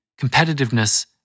competitiveness